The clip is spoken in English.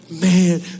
man